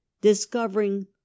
discovering